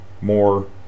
more